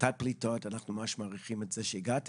והפחתת פליטות, אנחנו ממש מעריכים את זה שהגעתם.